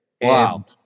Wow